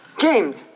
James